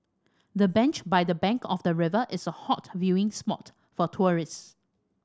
the bench by the bank of the river is a hot viewing spot for tourists